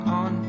on